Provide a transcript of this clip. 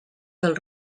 del